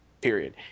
Period